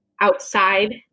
outside